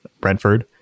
Brentford